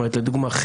לדוגמה,